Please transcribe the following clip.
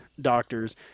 Doctors